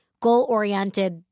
goal-oriented